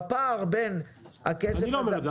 הפער בין הכסף הזה --- אני לא אומר את זה,